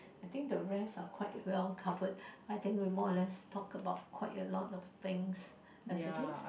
I think the rest are quite well covered I think we more or less talk about quite more a lot of things as it is